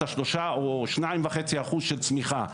השלושה או אתה השניים וחצי אחוז של צמיחה.